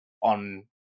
on